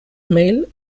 mail